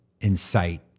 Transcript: incite